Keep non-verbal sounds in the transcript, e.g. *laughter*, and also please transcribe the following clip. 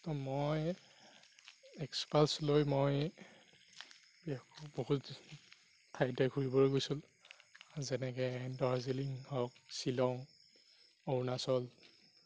ত' মই এক্সপালছ্ লৈ মই *unintelligible* বহুত ঠাইতে ঘূৰিবলৈ গৈছিলোঁ যেনেকে দাৰ্জিলিং হওক শ্বিলং অৰুণাচল